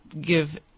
Give